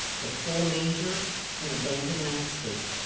the full manger and abandoned landscape.